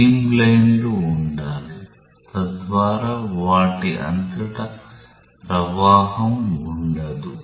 స్ట్రీమ్లైన్లు ఉండాలి తద్వారా వాటి అంతటా ప్రవాహం ఉండదు